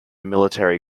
military